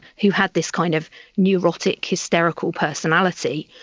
who had this kind of neurotic hysterical personality.